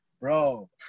bro